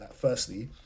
firstly